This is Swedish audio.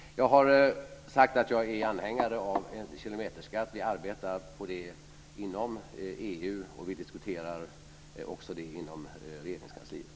Jag har sagt att jag är anhängare av en kilometerskatt. Vi arbetar på det inom EU, och vi diskuterar det också inom Regeringskansliet.